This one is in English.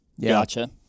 Gotcha